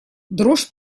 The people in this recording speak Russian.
дрожь